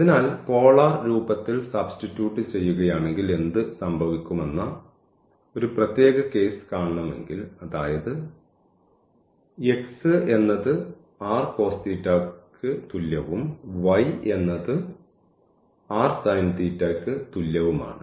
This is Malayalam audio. അതിനാൽ പോളാർ രൂപത്തിൽ സബ്സ്റ്റിട്യൂട് ചെയ്യുകയാണെങ്കിൽഎന്ത് സംഭവിക്കുമെന്ന ഒരു പ്രത്യേക കേസ് കാണണമെങ്കിൽ അതായത് x എന്നത് ക്ക് തുല്യവും y എന്നത് ക്ക് തുല്യവുമാണ്